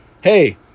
Hey